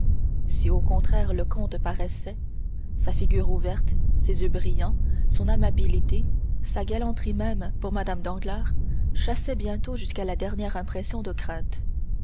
si au contraire le comte paraissait sa figure ouverte ses yeux brillants son amabilité sa galanterie même pour mme danglars chassaient bientôt jusqu'à la dernière impression de crainte